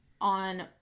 on